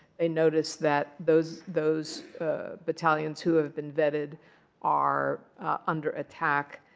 they notice that those those battalions who have been vetted are under attack.